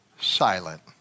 silent